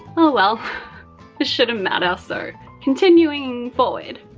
oh well it shouldn't matter, so continuing forward.